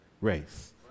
race